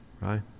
right